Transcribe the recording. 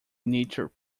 nature